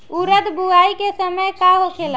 उरद बुआई के समय का होखेला?